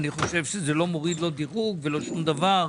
ואני חושב שזה לא מוריד לא דירוג ולא שום דבר.